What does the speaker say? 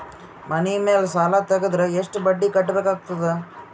ಮನಿ ಮೇಲ್ ಸಾಲ ತೆಗೆದರ ಎಷ್ಟ ಬಡ್ಡಿ ಕಟ್ಟಬೇಕಾಗತದ?